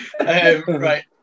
Right